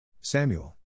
Samuel